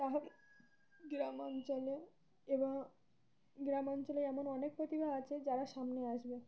তাহা গ্রামাঞ্চলে এবং গ্রামাঞ্চলে এমন অনেক প্রতিভা আছে যারা সামনে আসবে